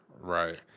Right